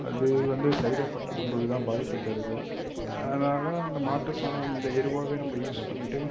அது வந்து சைடு எஃபெக்டாக நம்பளுக்குதான் பாதிப்பை தருது அதனால அந்த மாட்டுச்சாணம் அந்த எருவாகவே நம்ம யூஸ் பண்ணிட்டு